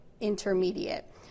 intermediate